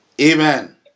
Amen